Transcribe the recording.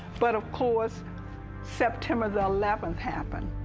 but of course september the eleventh happened.